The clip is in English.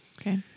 Okay